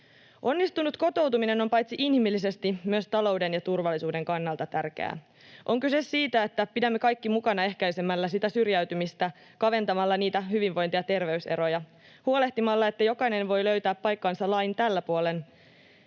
Onnistunut kotoutuminen on paitsi inhimillisesti myös talouden ja turvallisuuden kannalta tärkeää. On kyse siitä, että pidämme kaikki mukana ehkäisemällä syrjäytymistä, kaventamalla hyvinvointi- ja terveyseroja, huolehtimalla, että jokainen voi löytää paikkansa lain tällä puolen